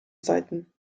seiten